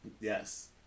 Yes